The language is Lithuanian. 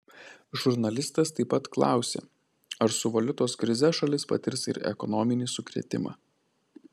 žurnalistas taip pat klausė ar su valiutos krize šalis patirs ir ekonominį sukrėtimą